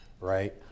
right